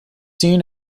seen